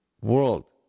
world